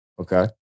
Okay